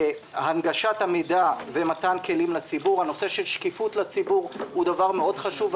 הנגשת המידע ומתן כלים לציבור נושא השקיפות לציבור הוא דבר חשוב מאוד.